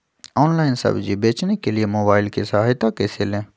Online सब्जी बेचने के लिए मोबाईल की सहायता कैसे ले?